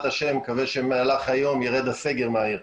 השם נקווה שבמהלך היום ירד הסגר מהעיר.